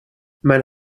mijn